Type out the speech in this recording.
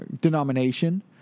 denomination